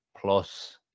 plus